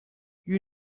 you